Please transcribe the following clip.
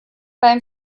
beim